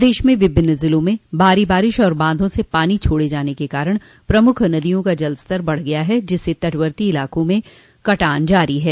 प्रदेश के विभिन्न जिलों में भारी बारिश और बाधों से पानी छोड़े जाने के कारण प्रमुख नदियों का जलस्तर बढ़ गया है जिससे तटवर्तीय इलाकों में कटान जारी है